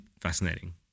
fascinating